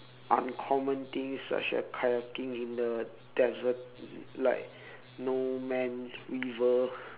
uncommon things such as kayaking in the desert like no mans river